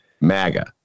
MAGA